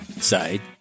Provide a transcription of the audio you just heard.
side